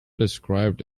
described